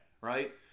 Right